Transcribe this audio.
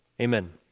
Amen